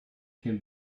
can